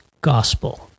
gospel